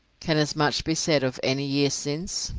can as much be said of any year since?